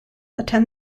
attend